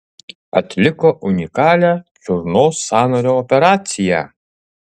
atliko unikalią čiurnos sąnario operaciją